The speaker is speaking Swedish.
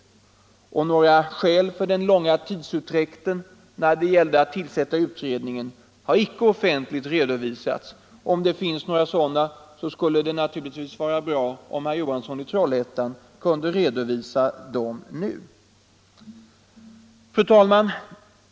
Några skäl för 29 april 1975 den långa tidsutdräkten när det gällde att tillsätta utredningen har icke offentligt redovisats. Om det finns några sådana skulle det naturligtvis Granskning av vara bra om herr Johansson i Trollhättan kunde redovisa dem nu. statsrådens Fru talman!